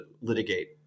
litigate